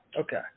Okay